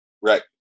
Right